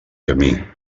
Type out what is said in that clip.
camí